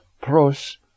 pros